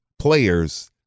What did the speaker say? players